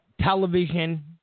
television